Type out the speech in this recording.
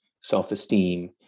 self-esteem